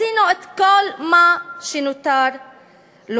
מיצינו את כל מה שנותר לומר,